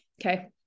Okay